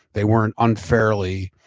they weren't unfairly,